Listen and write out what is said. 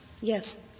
Yes